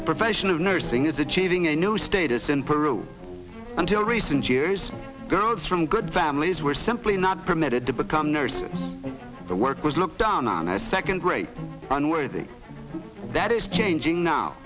the profession of nursing is achieving a new status in peru until recent years girls from good families were simply not permitted to become nurses the work was looked down on a second rate unworthy that is changing now